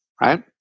right